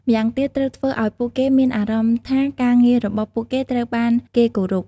ម្យ៉ាងទៀត ត្រូវធ្វើឱ្យពួកគេមានអារម្មណ៍ថាការងាររបស់ពួកគេត្រូវបានគេគោរព។